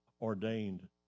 ordained